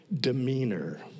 demeanor